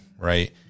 right